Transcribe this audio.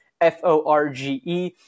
F-O-R-G-E